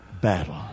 battle